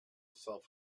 self